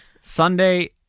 sunday